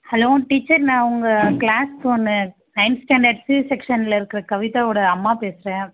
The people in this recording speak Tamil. ஹலோ டீச்சர் நான் உங்க கிளாஸ் பொண்ணு நைன்த் ஸ்டாண்டர்ட் சி செக்ஷனில் இருக்கிற கவிதாவோடய அம்மா பேசுகிறேன்